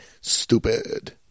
Stupid